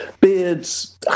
beards